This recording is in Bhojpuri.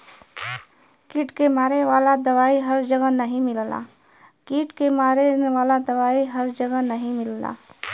कीट के मारे वाला दवाई हर जगह नाही मिलला